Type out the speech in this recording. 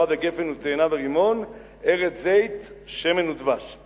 וגפן ותאנה ורמון ארץ זית שמן ודבש";